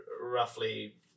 roughly